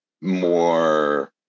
more